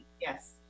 Yes